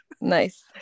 nice